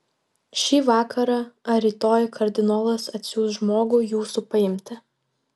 šį vakarą ar rytoj kardinolas atsiųs žmogų jūsų paimti